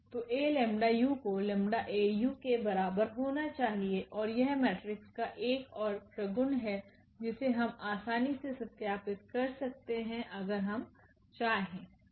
तोAλ𝑢 को λ𝐴𝑢 के बराबर होना चाहिए और यह मेट्रिक्स का एक ओर प्रगुण है जिसे हम आसानी से सत्यापित कर सकते हैं अगर हम चाहे तो